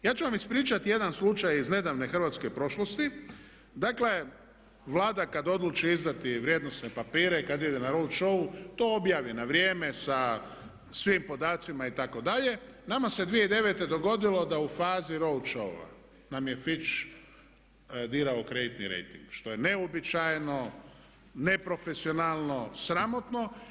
Ja ću vam ispričati jedan slučaj iz nedavne hrvatske prošlosti, dakle Vlada kad odluči izdati vrijednosne papire, kad ide na Roth show to objavi na vrijeme sa svim podacima itd., nama se 2009. dogodilo da u fazi Roth showa nam je FITCH dirao kreditni rejting što je neuobičajeno, ne profesionalno, sramotno.